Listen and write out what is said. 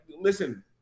listen